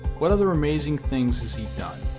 what other amazing things has he done?